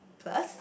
plus